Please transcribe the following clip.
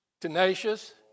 Tenacious